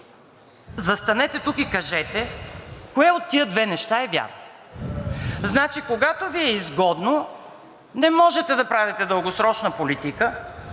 застанете тук и кажете кое от тези две неща е вярно. Значи, когато Ви е изгодно, не можете да правите дългосрочна политика